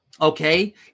okay